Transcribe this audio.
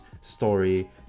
story